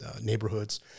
neighborhoods